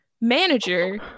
manager